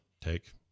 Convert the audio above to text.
take